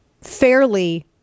fairly